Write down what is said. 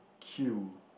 queue